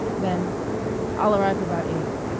then i'll arrive about eight.